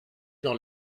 dans